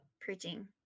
preaching